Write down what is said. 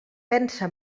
pensa